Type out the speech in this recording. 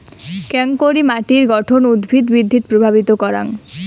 কেঙকরি মাটির গঠন উদ্ভিদ বৃদ্ধিত প্রভাবিত করাং?